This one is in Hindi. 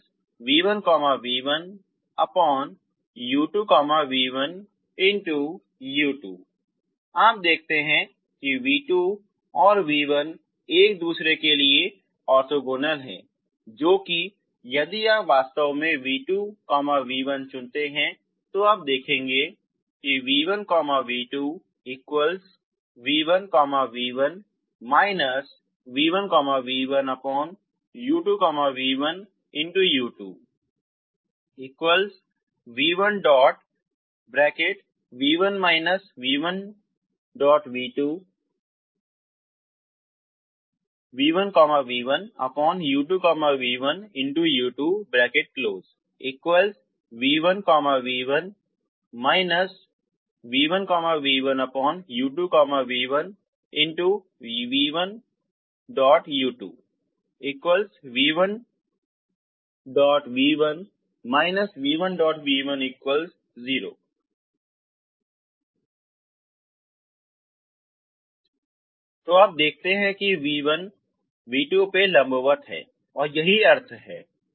v2v1 v1v1u2v1 u2 आप देखते हैं कि v2 और v1 एक दूसरे के लिए ऑर्थोगोनल हैं जो कि यदि आप वास्तव में v2v1 चुनते हैं तो आप देखेंगे कि v1v2v1v1 v1v1u2v1 u2 v1v1 v1v1u2v1 u2v1v1 v1v1u2v1 v1u2 v1v1 v1v10 तो आप देखते हैं कि v1 पे लंबवत है v2 तो यही अर्थ है